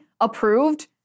approved